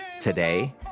today